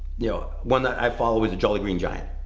yeah one that i follow is a jolly green giant,